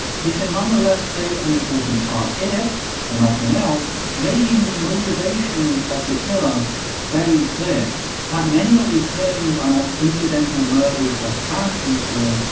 yet it nonetheless plays an important part if, for nothing else, making the motivations of the killer very clear. that many of these killings are not incidental murders of trans people,